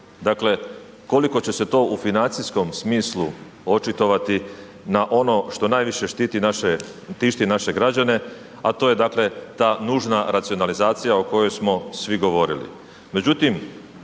Dakle, koliko će se to u financijskom smislu očitovati na ono što najviše štiti naše, tišti naše građane, a to je dakle ta nužna racionalizacija o kojoj smo svi govorili.